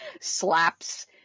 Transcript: slaps